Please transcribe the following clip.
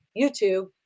YouTube